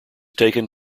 taken